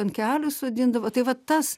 ant kelių sodindavo tai vat tas